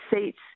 seats